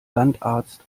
landarzt